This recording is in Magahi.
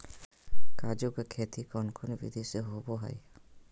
काजू के खेती कौन कौन विधि से होबो हय?